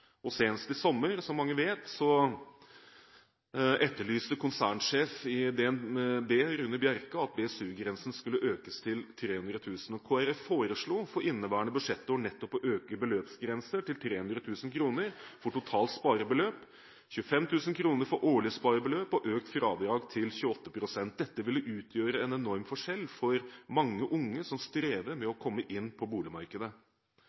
Og senest i sommer, som mange vet, etterlyste konsernsjef i DNB, Rune Bjerke, at BSU-grensen skulle økes til 300 000 kr. Kristelig Folkeparti foreslo for inneværende budsjettår nettopp å øke beløpsgrenser til 300 000 kr for totalt sparebeløp, 25 000 kr for årlig sparebeløp og økt fradrag til 28 pst. Dette ville utgjøre en enorm forskjell for mange unge som strever med å komme inn på boligmarkedet.